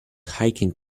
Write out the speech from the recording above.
hiking